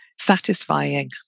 satisfying